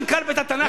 מנכ"ל בית-התנ"ך,